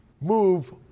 move